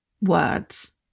words